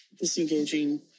disengaging